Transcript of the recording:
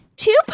Two